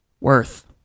worth